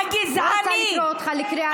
אני לא רוצה לקרוא אותך בקריאה ראשונה.